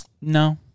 No